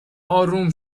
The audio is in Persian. آروم